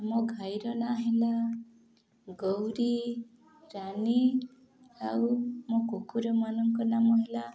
ମୋ ଗାଈର ନାଁ ହେଲା ଗୌରୀ ରାଣୀ ଆଉ ମୋ କୁକୁରମାନାନଙ୍କ ନାମ ହେଲା